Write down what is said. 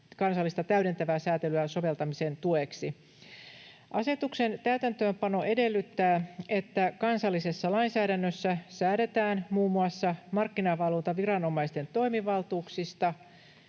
kansallista täydentävää sääntelyä soveltamisen tueksi. Asetuksen täytäntöönpano edellyttää, että kansallisessa lainsäädännössä säädetään muun muassa markkinavalvontaviranomaisten toimivaltuuksista